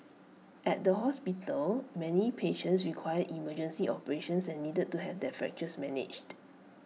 at the hospital many patients required emergency operations and needed to have their fractures managed